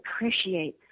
appreciate